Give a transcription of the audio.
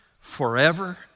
forever